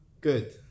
good